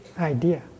idea